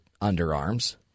underarms